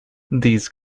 these